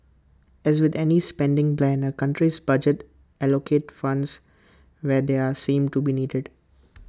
as with any spending plan A country's budget allocates funds where they are seen to be needed